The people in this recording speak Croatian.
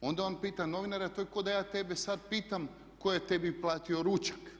onda on pita novinara, a to je kao da ja tebe sad pitam tko je tebi platio ručak.